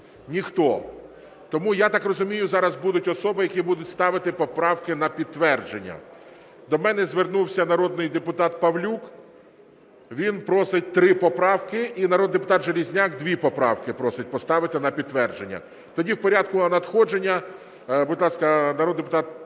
Ніхто. Тому, я так розумію, зараз будуть особи, які будуть ставити поправки на підтвердження. До мене звернувся народний депутат Павлюк, він просить три поправки, і народний депутат Железняк – дві поправки просить поставити на підтвердження. Тоді в порядку надходження. Будь ласка, народний депутат Павлюк.